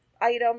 Item